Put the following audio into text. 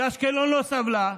ואשקלון לא סבלה,